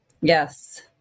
Yes